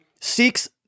seeks